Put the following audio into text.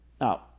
Now